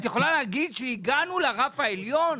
את תוכלי לומר שהגענו לרף העליון?